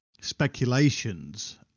speculations